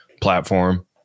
platform